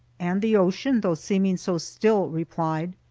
and the ocean, though seeming so still, replied,